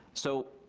so,